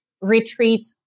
retreat